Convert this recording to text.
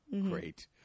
Great